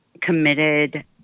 committed